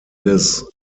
des